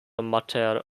mater